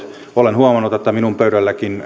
olen huomannut että minun pöydällenikin tulee